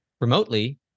remotely